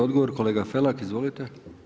Odgovor kolega Felak, izvolite.